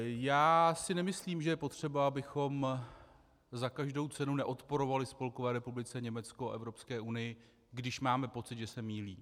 Já si nemyslím, že je potřeba, abychom za každou cenu neodporovali Spolkové republice Německo a Evropské unii, když máme pocit, že se mýlí.